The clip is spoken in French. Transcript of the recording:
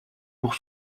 pour